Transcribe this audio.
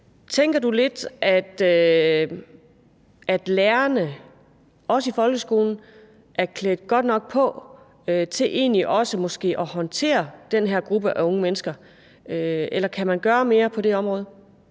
Tænker du lidt, at lærerne, også i folkeskolen, egentlig er klædt godt nok på til måske også at håndtere den her gruppe af unge mennesker? Eller kan man gøre mere på det her område?